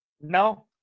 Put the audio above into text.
No